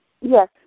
Yes